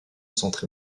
centre